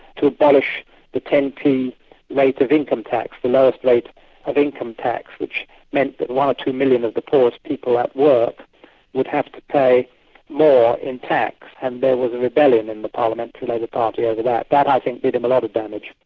to abolish the ten p rate of income tax, the lowest rate of income tax, which meant that one or two million of the poorest people at work would have to pay more in tax and there was rebellion in the parliamentary labour party over that. that i think did him a lot of damage.